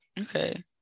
okay